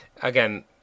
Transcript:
again